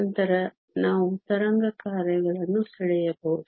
ನಂತರ ನಾವು ತರಂಗ ಕಾರ್ಯಗಳನ್ನು ಸೆಳೆಯಬಹುದು